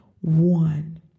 one